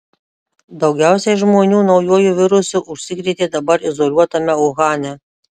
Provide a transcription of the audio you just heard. daugiausiai žmonių naujuoju virusu užsikrėtė dabar izoliuotame uhane